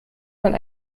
man